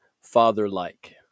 Father-like